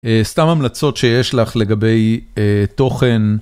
סתם המלצות שיש לך לגבי תוכן.